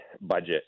budget